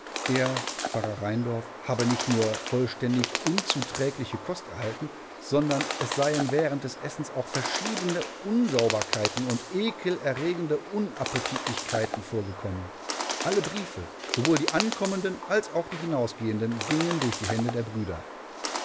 er pfarrer rheindorf habe nicht nur vollständig unzuträgliche kost erhalten sondern es seien während des essens auch verschiedene unsauberkeiten und ekelerregende unappetitlichkeiten vorgekommen alle briefe sowohl die ankommenden als auch die hinausgehenden gingen durch die hände der brüder